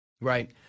Right